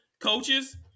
coaches